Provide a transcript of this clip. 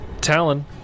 Talon